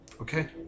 Okay